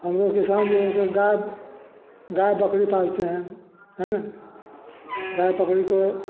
हम लोग किसान जो है सो गाय गाय बकरी पालतें है है न गाय बकरी के